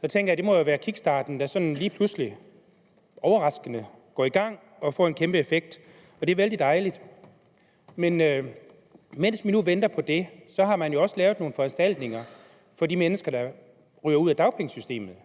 Så tænker jeg, at det jo må være kickstarten, der sådan lige pludselig overraskende går i gang og får en kæmpe effekt, og det er vældig dejligt. Mens vi venter på det, har man jo også lavet nogle foranstaltninger for de mennesker, der ryger ud af dagpengesystemet,